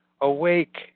Awake